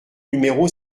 numéro